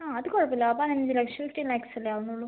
ആ അത് കുഴപ്പമില്ല പതിനഞ്ചു ലക്ഷം ഫിഫ്റ്റീൻ ലാക്സ് അല്ലേ ആവുന്നുള്ളൂ